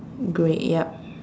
grey yup